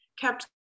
kept